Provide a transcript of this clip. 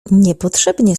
niepotrzebnie